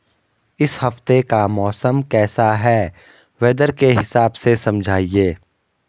इस हफ्ते का मौसम कैसा है वेदर के हिसाब से समझाइए?